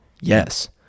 Yes